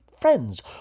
friends